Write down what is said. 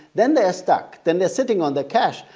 then they're stuck, then they're sitting on the cash.